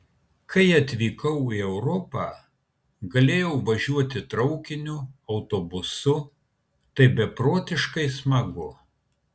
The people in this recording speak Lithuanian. kai atvykau į europą galėjau važiuoti traukiniu autobusu tai beprotiškai smagu